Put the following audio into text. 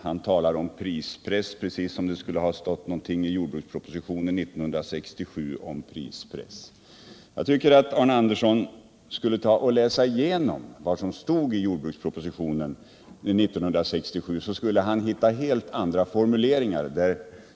Han talar om prispress — precis som om det skulle ha stått någonting i jordbrukspropositionen av år 1967 om prispress! Jag tycker att Arne Andersson skulle läsa igenom vad som står i jordbrukspropositionen från 1967. Då skulle han hitta helt andra formuleringar.